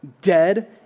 dead